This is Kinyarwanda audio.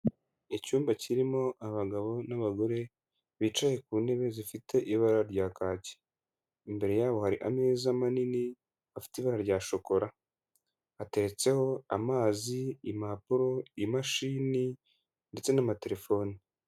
Icyumba kirimo abagabo n'abagore bicaye ku ntebe zifite ibara rya kaki, imbere yabo hari ameza manini afite ibara rya shokora, hateretseho amazi, impapuro, imashini ndetse n'amaterefone.